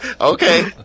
Okay